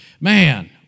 Man